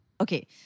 Okay